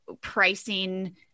pricing